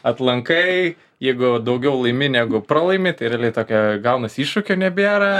atlankai jeigu daugiau laimi negu pralaimi tai realiai tokia gaunas iššūkio nebėra